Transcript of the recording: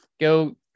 Go